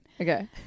okay